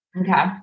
Okay